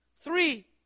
Three